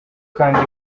kandi